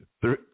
three